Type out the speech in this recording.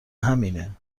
همینه